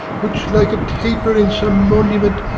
which, like a taper in some monument,